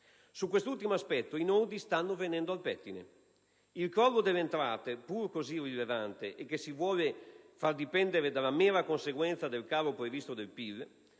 Su quest'ultimo aspetto i nodi stanno venendo al pettine. Il crollo delle entrate, pur così rilevante, e che si vuole far dipendere dalla mera conseguenza del calo previsto del PIL